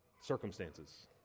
circumstances